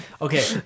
okay